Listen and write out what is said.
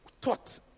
taught